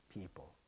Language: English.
people